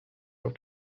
auf